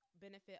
benefit